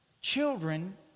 Children